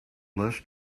less